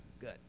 Good